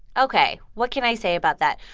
ok. what can i say about that?